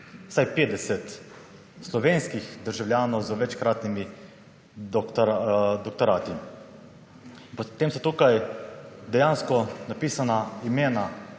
vsaj 50 slovenskih državljanov z večkratnimi doktorati. Potem so tukaj dejansko napisana imena